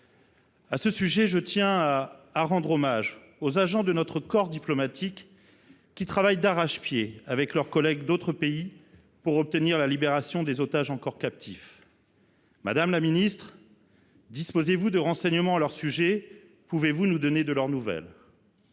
À ce sujet, je tiens à rendre hommage aux agents de notre corps diplomatique, qui travaillent d’arrache pied avec leurs collègues d’autres pays pour obtenir la libération des otages encore captifs. Madame la ministre, disposez vous de renseignements à leur sujet, pouvez vous nous donner de leurs nouvelles ?